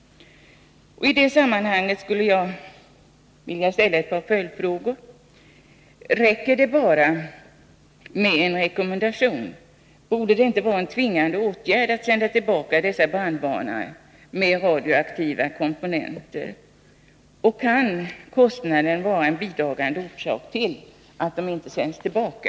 I det sammanhanget vill jag ställa ett par följdfrågor. Räcker det med en rekommendation? Borde det inte vara en tvingande bestämmelse att man skall sända tillbaka brandvarnare med radioaktiva komponenter? Kan kostnaden vara en bidragande orsak till att de inte sänds tillbaka?